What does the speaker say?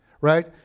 right